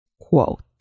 Quote